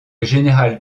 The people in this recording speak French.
général